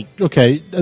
okay